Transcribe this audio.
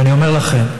ואני אומר לכם,